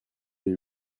les